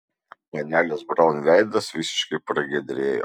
panelės braun veidas visiškai pragiedrėjo